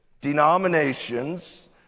denominations